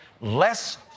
less